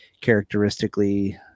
characteristically